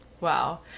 Wow